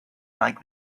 like